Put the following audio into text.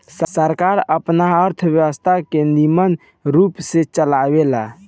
सरकार आपन अर्थव्यवस्था के निमन रूप से चलावेला